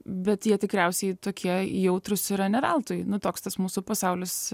bet jie tikriausiai tokie jautrūs yra ne veltui nu toks tas mūsų pasaulis